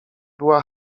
była